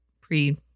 pre